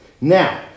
Now